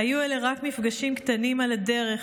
היו אלה רק מפגשים קטנים על הדרך,